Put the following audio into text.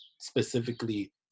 specifically